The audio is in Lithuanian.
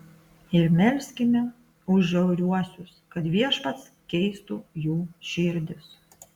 ir melskime už žiauriuosius kad viešpats keistų jų širdis